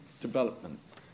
developments